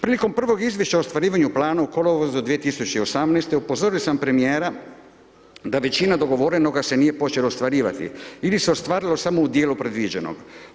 Prilikom prvog izvješća o ostvarivanju planu u kolovozu 2018. upozorio sam premijera da većina dogovorenoga se nije počelo ostvarivati ili se ostvarilo samo u djelu predviđenog.